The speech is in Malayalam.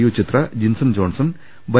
U Chithra Jinson Johnson Y